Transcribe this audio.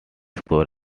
score